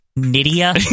Nidia